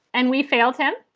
and we failed him.